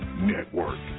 Network